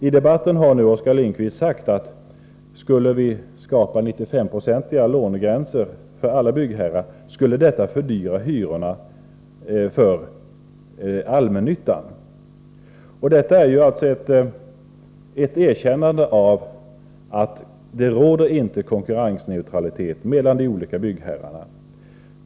I debatten har nu Oskar Lindkvist sagt, att om vi skulle skapa en lånegräns vid 95 96 för alla byggherrar, skulle detta fördyra hyrorna för allmännyttan. Detta är ett erkännande av att det inte råder konkurrensneutralitet mellan de olika byggherrarna.